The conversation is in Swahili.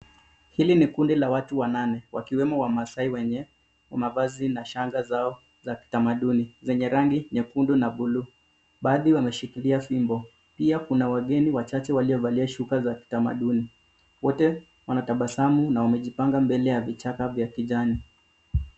Hili ni kundi la watu wanane, wakiwemo wamaasai wenye mavazi na shanga zao za kitamaduni, zenye rangi nyekundu na blue . Baadhi wameshikilia fimbo, pia kuna wageni wachache waliovalia shuka za kitamaduni. Wote wametabasamu na wamejipanga mbele ya vichaka vya kijani.